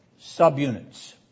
subunits